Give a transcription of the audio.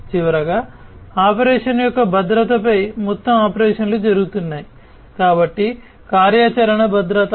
చివరగా ఆపరేషన్ యొక్క భద్రతపై మొత్తం ఆపరేషన్లు జరుగుతున్నాయి కాబట్టి కార్యాచరణ భద్రత